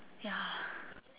ya